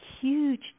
huge